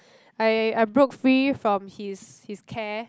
I I broke free from his his care